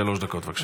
שלוש דקות, בבקשה.